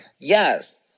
Yes